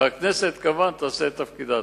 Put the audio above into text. והכנסת כמובן תעשה את תפקידה.